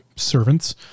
servants